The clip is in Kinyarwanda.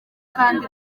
kandi